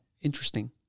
interesting